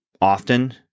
often